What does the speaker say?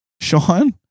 Sean